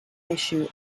issue